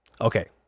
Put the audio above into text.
Okay